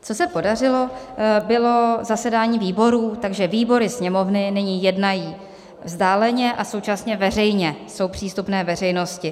Co se podařilo, bylo zasedání výborů, takže výbory Sněmovny nyní jednají vzdáleně a současně veřejně, jsou přístupné veřejnosti.